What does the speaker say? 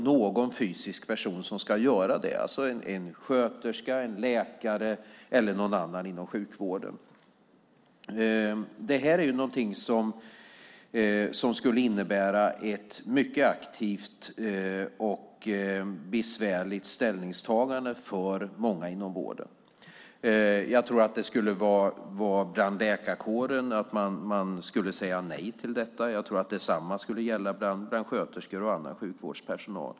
Någon fysisk person ska då göra det - en sköterska, en läkare eller någon annan inom sjukvården. Det här är något som skulle innebära ett mycket aktivt och besvärligt ställningstagande för många inom vården. Jag tror att man i läkarkåren skulle säga nej till detta. Jag tror att detsamma gäller sköterskor och annan sjukvårdspersonal.